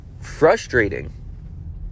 frustrating